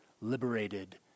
liberated